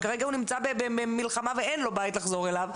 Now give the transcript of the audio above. וכרגע הוא נמצא במלחמה ואין לו בית לחזור אליו,